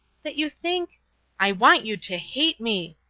that you think i want you to hate me!